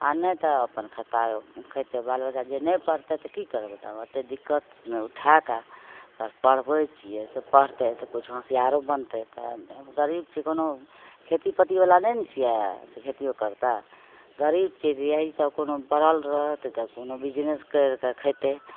आओर नहि तऽ अपन खत्ता खएतै बाल बच्चा जे नहि पढ़तै तऽ कि करबै तब ओतेक दिक्कत उठैके पढ़बै छिए से पढ़तै तऽ किछु होशिआरो बनतै गरीब छिए कोनो खेती पथीवला नहि ने छिए से खेतिओ करतै गरीब छिए से इएहसब कोनो पढ़ल रहतै तऽ कोनो बिजनेस करिके खएतै